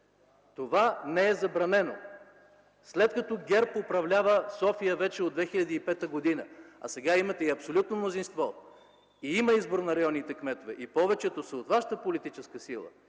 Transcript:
Това не е забранено. След като ГЕРБ управлява София от 2005 г., а сега имате и абсолютно мнозинство, има избор на районните кметове и повечето са от вашата политическа сила,